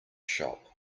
shop